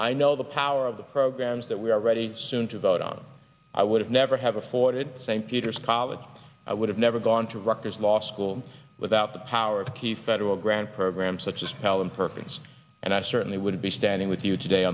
i know the power of the programs that we are ready soon to vote on i would never have afforded st peter's college i would have never gone to rocker's law school without the power of a key federal grant program such as palin purpose and i certainly would be standing with you today